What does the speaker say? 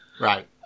right